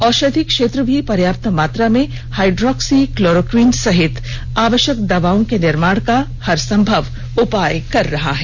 औषधि क्षेत्र भी पर्याप्त मात्रा में हाइड्रोक्सी क्लोरोक्विन सहित आवश्यक दवाओं के निर्माण का हर संभव उपाय कर रहा है